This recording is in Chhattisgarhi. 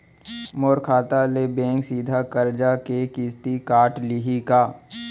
मोर खाता ले बैंक सीधा करजा के किस्ती काट लिही का?